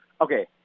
Okay